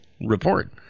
report